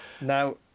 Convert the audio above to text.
Now